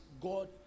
God